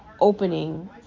opening